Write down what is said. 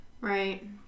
Right